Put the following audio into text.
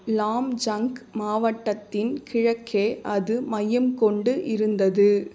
லாம்ஜங்க் மாவட்டத்தின் கிழக்கே அது மையம் கொண்டு இருந்தது